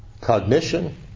cognition